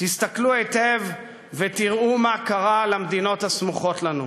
תסתכלו היטב ותראו מה קרה למדינות הסמוכות לנו.